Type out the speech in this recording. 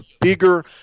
bigger